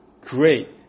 great